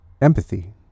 empathy